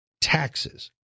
taxes